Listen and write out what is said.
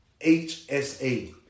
HSA